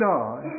God